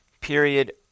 period